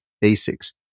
basics